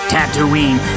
Tatooine